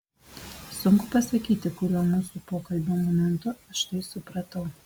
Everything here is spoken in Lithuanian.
sunku pasakyti kuriuo mūsų pokalbio momentu aš tai supratau